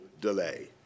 delay